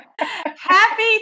Happy